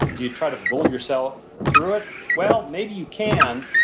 you try to bull yourself through it? well, maybe you can,